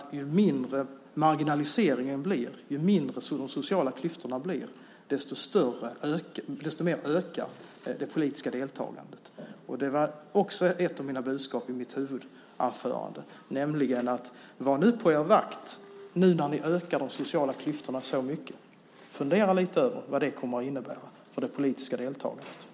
Ju mindre marginaliseringen och de sociala klyftorna blir, desto mer ökar det politiska deltagandet. Detta var ett av budskapen i mitt huvudanförande: Var på er vakt nu när ni ökar de sociala klyftorna så mycket! Fundera lite över vad det kommer att innebära för det politiska deltagandet!